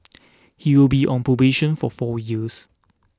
he will be on probation for four years